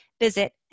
visit